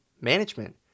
management